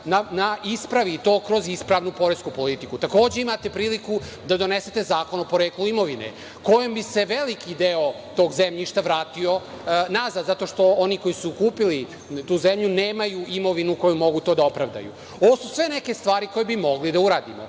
ispravi to kroz ispravnu poresku politiku. Takođe, imate priliku da donesete zakon o poreklu imovine, kojim bi se veliki deo tog zemljišta vratio nazad, jer oni koji su kupili tu zemlju nemaju imovinu kojom bi to mogli da opravdaju. To su sve neke stvari koje bi mogli da uradimo.